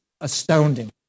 astounding